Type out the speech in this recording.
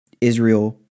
Israel